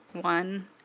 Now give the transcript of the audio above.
One